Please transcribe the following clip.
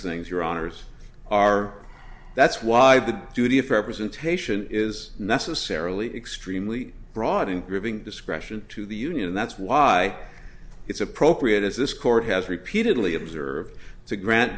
things your honour's are that's why the duty of fair presentation is necessarily extremely broad in proving discretion to the union and that's why it's appropriate as this court has repeatedly observed to grant